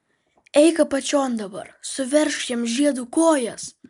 eik apačion dabar suveržk jam žiedu kojas